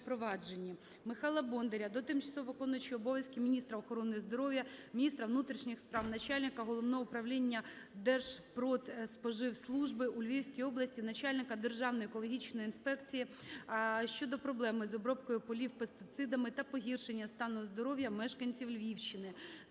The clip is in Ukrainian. Михайла Бондаря до тимчасово виконуючої обов'язки міністра охорони здоров'я, міністра внутрішніх справ, Начальника Головного управління Держпродспоживслужби у Львівській області, начальника Державної екологічної інспекції у Львівській області щодо проблем із обробкою полів пестицидами та погіршення стану здоров'я мешканців Львівщини.